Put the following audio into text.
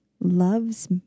loves